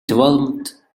development